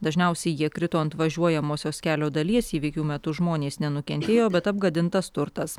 dažniausiai jie krito ant važiuojamosios kelio dalies įvykių metu žmonės nenukentėjo bet apgadintas turtas